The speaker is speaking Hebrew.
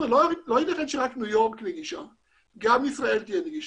שלא רק ניו יורק תהיה נגישה, גם ישראל תהיה נגישה.